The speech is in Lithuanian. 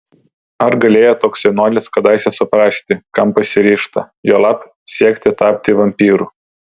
ar galėjo toks jaunuolis kadaise suprasti kam pasiryžta juolab siekti tapti vampyru